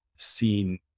Seen